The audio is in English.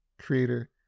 creator